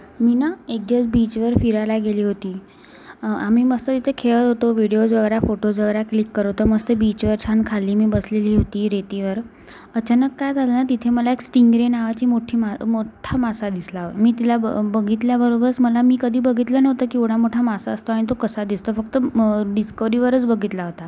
मी ना एक दिवस बीचवर फिरायला गेली होती आम्ही मस्त इथे खेळत होतो व्हिडिओज वगैरे फोटोज वगैरे क्लिक करत मस्त बीचवर छान खाली मी बसलेली होती रेतीवर अचानक काय झालं तिथे मला एक स्टिंग्रे नावाची मोठी मा मोठ्ठा मासा दिसला मी तिला ब बघितल्याबरोबरच मला मी कधी बघितलं नव्हतं की एवढा मोठा मासा असतो आणि तो कसा दिसतो फक्त डिस्कवरीवरच बघितला होता